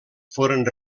foren